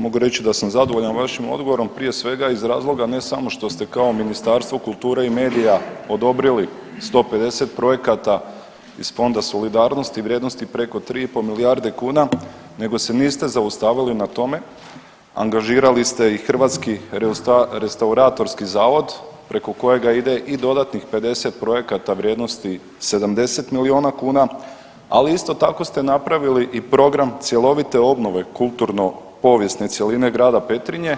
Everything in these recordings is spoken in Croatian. Mogu reći da sam zadovoljan vašim odgovorom, prije svega iz razloga ne samo što ste kao Ministarstvo kulture i medija odobrili 150 projekata iz Fonda solidarnosti vrijednosti preko 3,5 milijarde kuna nego se niste zaustavili na tome, angažirali ste i Hrvatski restauratorski zavod preko kojega ide i dodanih 50 projekata vrijednosti 70 milijuna kuna, ali isto tako ste napravili i program cjelovite obnove kulturno povijesne cjeline grada Petrinje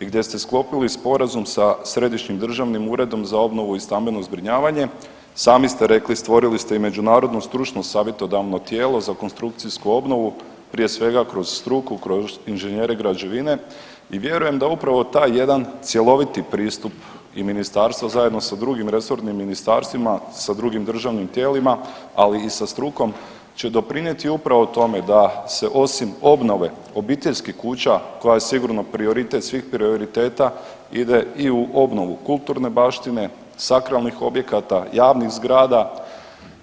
gdje ste sklopili sporazum sa Središnjim državnim uredom za obnovu i stambeno zbrinjavanje, sami ste rekli stvorili ste i međunarodno stručno savjetodavno tijelo za konstrukcijsku obnovu prije svega kroz struku, kroz inženjere građevine i vjerujem da upravo taj jedan cjeloviti pristup i ministarstvo zajedno sa drugim resornim ministarstvima i sa drugim državnim tijelima, ali i sa strukom će doprinjeti upravo tome da se osim obnove obiteljskih kuća koja je sigurno prioritet svih prioriteta ide i u obnovu kulturne baštine, sakralnih objekata, javnih zgrada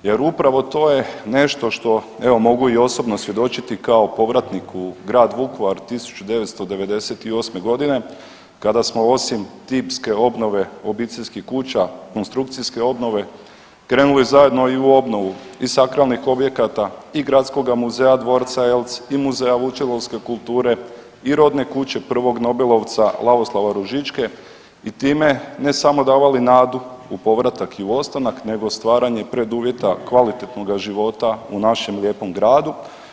jer upravo to je nešto što, evo mogu i osobno svjedočiti kao povratnik u grad Vukovar 1998. kada smo osim tipske obnove obiteljskih kuća, konstrukcijske obnove, krenuli zajedno i u obnovu i sakralnih objekata i gradskoga muzeja dvorca Eltz i muzeja Vučedolske kulture i rodne kuće prvog nobelovca Lavoslava Ružičke i time ne samo davali nadu u povratak i u ostanak nego stvaranje preduvjeta kvalitetnoga života u našem lijepom gradu.